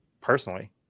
personally